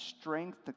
strength